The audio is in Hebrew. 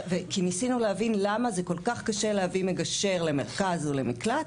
כי ניסינו להבין למה זה כל כך קשה להביא מגשר למרכז או למקלט,